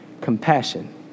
compassion